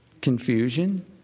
Confusion